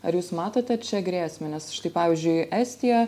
ar jūs matote čia grėsmę nes štai pavyzdžiui estija